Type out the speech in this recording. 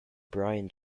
bryan